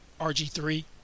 RG3